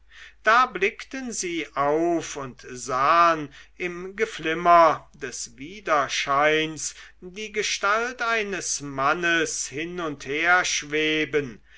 da blickten sie auf und sahen im geflimmer des widerscheins die gestalt eines mannes hin und her schweben